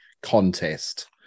contest